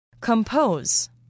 Compose